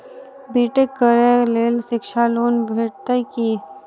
B tech करै लेल शिक्षा लोन भेटय छै की?